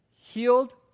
healed